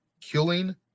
killing